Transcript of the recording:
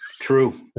True